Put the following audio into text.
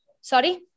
Sorry